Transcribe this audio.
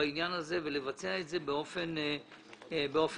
בעניין הזה ולבצע את זה באופן מיידי.